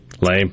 Lame